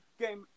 Game